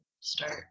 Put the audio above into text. start